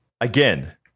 Again